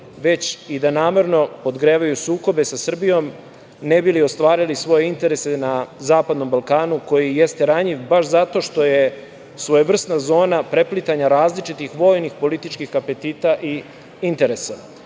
već i da namerno podgrevaju sukobe sa Srbijom ne bi li ostvarili svoje interese na zapadnom Balkanu koji jeste ranjiv zato što je svojevrsna zona preplitanja različitih vojnih političkih apetita i interesa. Dnevna